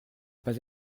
pas